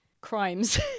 Crimes